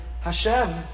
Hashem